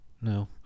No